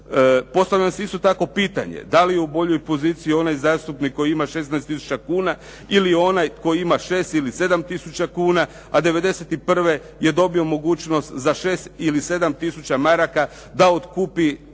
Postavljam si isto tako pitanje da li je u boljoj poziciji onaj zastupnik koji ima 16 tisuća kuna ili onaj koji ima 6 ili 7 tisuća kuna, a '91. je dobio mogućnost za 6 ili 7 tisuća maraka da otkupi